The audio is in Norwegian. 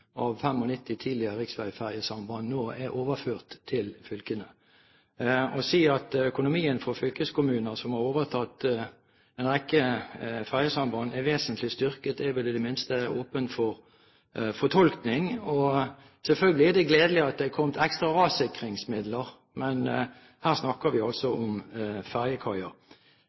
økonomien for fylkeskommuner som har overtatt en rekke ferjesamband, er vesentlig styrket, er i det minste åpent for fortolkning. Selvfølgelig er det gledelig at det har kommet ekstra rassikringsmidler, men her snakker vi altså om